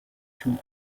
two